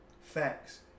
Facts